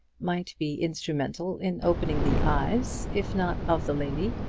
might be instrumental in opening the eyes, if not of the lady,